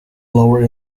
lower